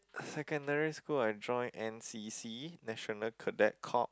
secondary school I joined N C_C National Cadet Corps